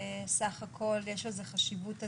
סך הכול יש לזה חשיבות אדירה,